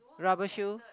rubble shoe